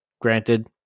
granted